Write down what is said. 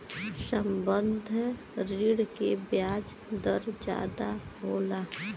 संबंद्ध ऋण के बियाज दर जादा होला